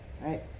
Right